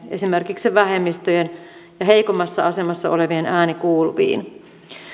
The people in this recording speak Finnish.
esimerkiksi vähemmistöjen ja heikommassa asemassa olevien ääni kuuluviin